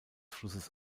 flusses